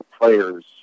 players